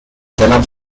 دلم